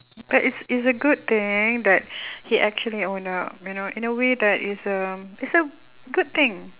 but it's it's a good thing that he actually own up you know in a way that is um it's a good thing